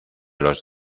los